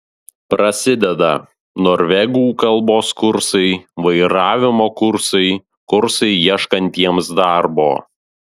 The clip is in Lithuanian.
prasideda norvegų kalbos kursai vairavimo kursai kursai ieškantiems darbo